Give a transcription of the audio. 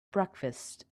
breakfast